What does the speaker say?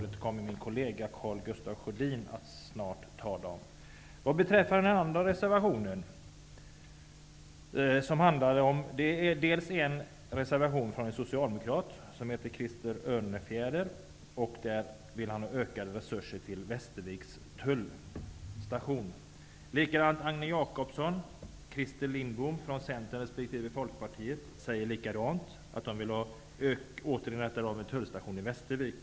Detta kommer min kollega Karl Gustaf Sjödin att senare tala om. Den andra reservationen handlar om lokala verksamheter. I en motion har socialdemokraten Folkpartiet att man åter skall inrätta en tullstation i Västervik.